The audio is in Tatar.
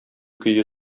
көе